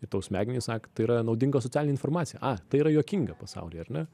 ir tau smegenys sako tai yra naudinga socialinė informacija a tai yra juokinga pasaulyje ar ne